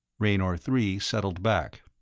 raynor three settled back.